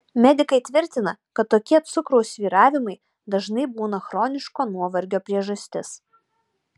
medikai tvirtina kad tokie cukraus svyravimai dažnai būna chroniško nuovargio priežastis